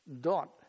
dot